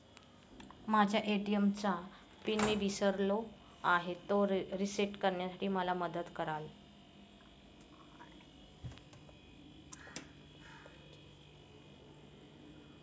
माझ्या ए.टी.एम चा पिन मी विसरलो आहे, तो रिसेट करण्यासाठी मला मदत कराल?